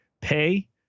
pay